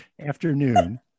afternoon